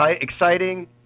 exciting